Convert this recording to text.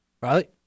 Riley